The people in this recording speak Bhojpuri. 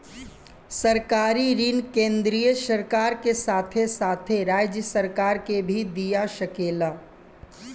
सरकारी ऋण केंद्रीय सरकार के साथे साथे राज्य सरकार के भी दिया सकेला